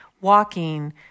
walking